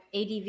ADV